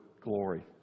glory